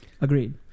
Agreed